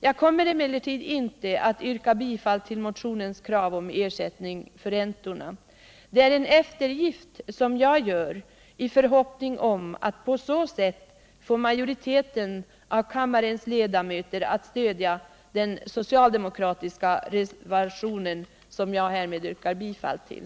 Jag kommer emellertid inte att yrka bifall till motionens krav på ersättning för räntorna. Det är en eftergift som jag gör i förhoppning om att få majoriteten av kammarens ledamöter att stödja den socialdemokratiska reservationen, som jag härmed yrkar bifall till.